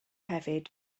hefyd